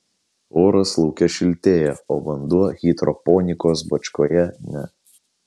oras lauke šiltėja o vanduo hidroponikos bačkoje ne